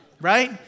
Right